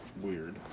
Weird